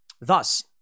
Thus